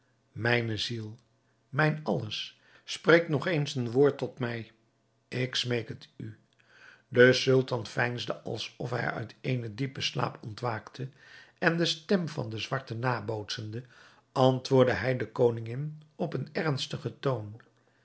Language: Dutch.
mijne ziel mijn alles spreek nog eens een enkel woord tot mij ik smeek het u de sultan veinsde alsof hij uit eenen diepen slaap ontwaakte en de stem van den zwarte nabootsende antwoordde hij de koningin op een ernstigen toon